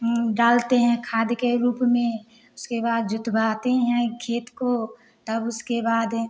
डालते हैं खाद के रूप में उसके बाद जोतवाते हैं खेत को तब उसके बाद